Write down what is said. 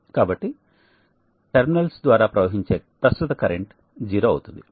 కాబట్టి టెర్మినల్ ద్వారా ప్రవహించే ప్రస్తుత కరెంట్ జీరో అవుతుంది